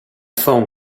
phone